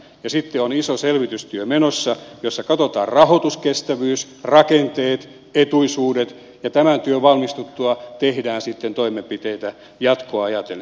sitten on iso selvitystyö menossa jossa katsotaan rahoituskestävyys rakenteet etuisuudet ja tämän työn valmistuttua tehdään sitten toimenpiteitä jatkoa ajatellen